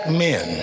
men